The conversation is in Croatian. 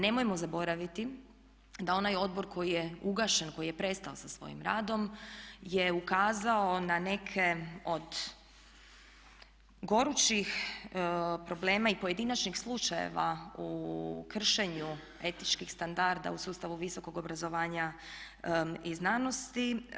Nemojmo zaboraviti da onaj odbor koji je ugašen, koji je prestao sa svojim radom je ukazao na neke od gorućih problema i pojedinačnih slučajeva u kršenju etičkih standarda u sustavu visokog obrazovanja i znanosti.